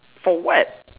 for what